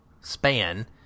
span